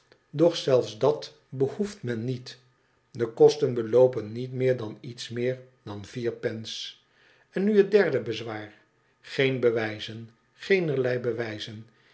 doch zelfs dat behoeft men niet de kosten beloop en niet meer dan iets meer dan vier pence en nu het derde bezwaar geen bewijzen geenerlei bewijzen